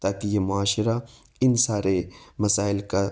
تاکہ یہ معاشرہ ان سارے مسائل کا